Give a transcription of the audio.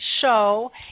show